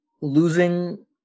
losing